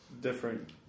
Different